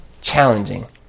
challenging